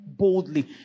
boldly